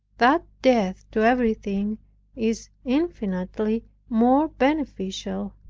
that death to everything is infinitely more beneficial